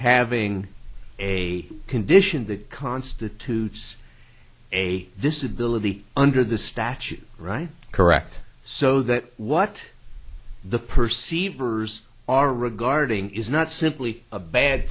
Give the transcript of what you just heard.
having a condition that constitutes a disability under the statute right correct so that what the perceivers are regarding is not simply a bad